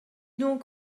donc